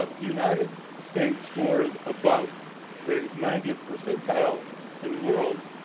ah the united states scored above the ninetieth percentile in the world,